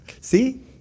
See